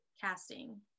casting